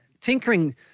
tinkering